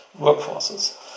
workforces